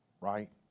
right